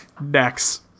Next